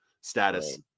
status